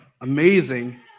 amazing